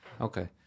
Okay